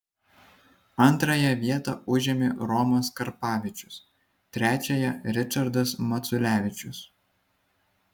antrąją vietą užėmė romas karpavičius trečiąją ričardas maculevičius